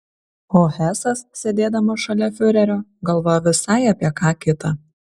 o hesas sėdėdamas šalia fiurerio galvojo visai apie ką kitą